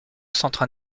centres